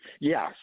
yes